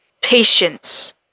patience